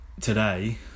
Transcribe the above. today